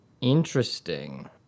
interesting